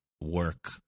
work